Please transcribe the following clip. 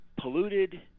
polluted